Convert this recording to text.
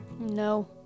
No